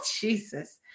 Jesus